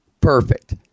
perfect